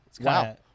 Wow